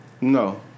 No